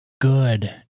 good